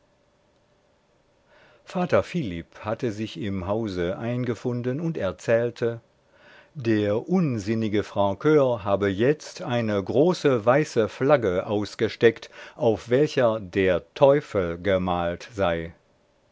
vater philipp hatte sich im hause eingefunden und erzählte der unsinnige francur habe jetzt eine große weiße flagge ausgesteckt auf welcher der teufel gemalt sei